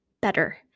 better